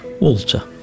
Walter